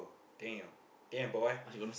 damn damn boy